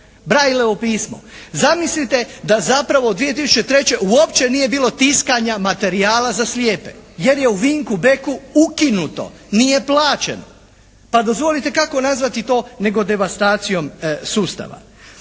Braillovo pismo. Zamislite da zapravo 2003. uopće nije bilo tiskanja materijala za slijede jer je u "Vinku Beku" ukinuto, nije plaćeno. Pa dozvolite, kako nazvati to nego devastacijom sustava.